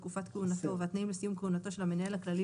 תקופת כהונתו והתנאים לסיום כהונתו של המנהל הכללי